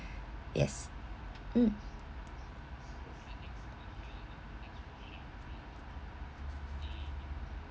yes mm